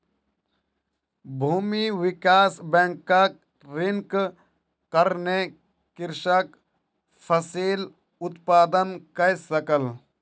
भूमि विकास बैंकक ऋणक कारणेँ कृषक फसिल उत्पादन कय सकल